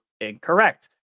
incorrect